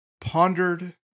pondered